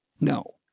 no